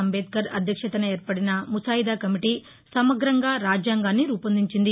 అంబేద్వర్ అధ్యక్షతన ఏర్పడిన ముసాయిదా కమిటీ సమగ్రంగా రాజ్యాంగాన్ని రూపొందించింది